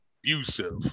abusive